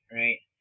right